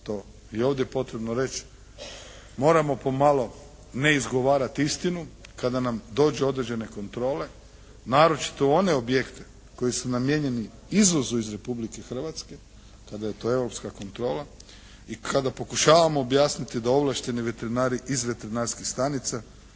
to je ovdje potrebno reći moramo pomalo ne izgovarati istinu kada nam dođu određene kontrole, naročito u one objekte koji su namijenjeni izvozu iz Republike Hrvatske kada je to europska kontrola i kada pokušavamo objasniti da ovlašteni veterinari iz veterinarskih stanica